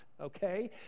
okay